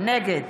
נגד